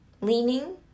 leaning